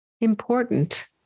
important